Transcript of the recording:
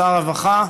שר הרווחה,